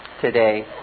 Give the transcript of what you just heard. today